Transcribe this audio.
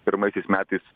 pirmaisiais metais